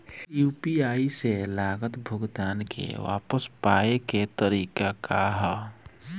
UPI से गलत भुगतान के वापस पाये के तरीका का ह?